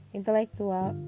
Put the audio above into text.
Intellectual